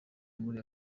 muri